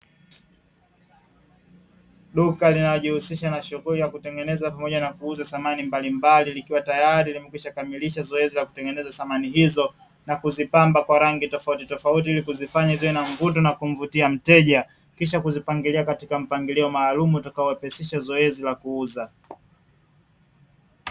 Duka linalojihusisha kutengeneza pamoja na kuuza samani mbalimbali, likiwa tayari limeshakwisha kamilisha zoezi la kutengeneza samani hizo na kuzipamba kwa rangi tofauti tofauti ili kuzifanya ziwe na mvuto na kumvutia mteja, kisha kuzipangilia katika mpangililo maalumu iltakalorahishisha zoezi la kuuza.